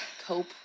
cope